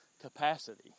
capacity